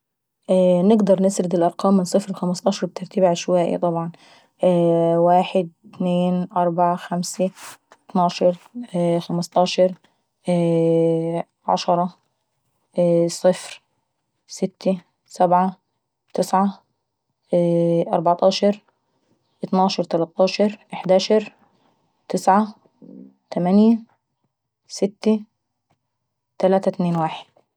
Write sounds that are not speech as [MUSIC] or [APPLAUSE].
[HESITATION] نقدر نسرد الأرقام من صفر لخمسطاشر بترتيب عشوائي طبعا. واحد، اتنين، أربعة، خمسي، اطناشر، خمسطاشر، عشرة، صفر، ستة، صبعة، تصعة، اربعطاشر، اطناشر، تلاطاشر، احداشر، تصعة، تمانية، ستي، تلاتي، اتنين، واحد.